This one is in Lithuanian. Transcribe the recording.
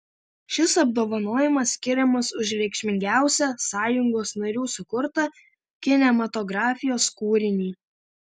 šis apdovanojimas skiriamas už reikšmingiausią sąjungos narių sukurtą kinematografijos kūrinį